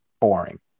boring